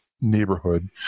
neighborhood